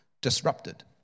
disrupted